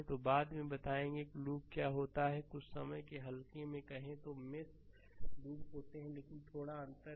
तो बाद में बताएंगे कि लूप क्या होता है कुछ समय के लिए हल्के में कहे तो मेष लूप होते हैं लेकिन थोड़ा अंतर होता है